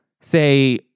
say